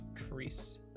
increase